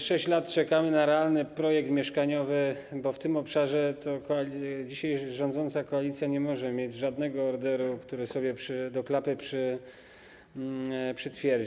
6 lat czekamy na realny projekt mieszkaniowy, bo w tym obszarze dzisiaj rządząca koalicja nie może mieć żadnego orderu, który sobie do klapy przytwierdzi.